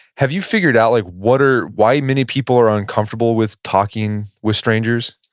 have you figured out like what are, why many people are uncomfortable with talking with strangers?